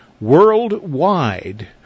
worldwide